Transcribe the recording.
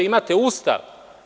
Imate Ustav.